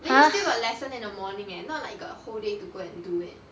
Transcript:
then you still got lesson in the morning eh not like you got a whole day to go and do it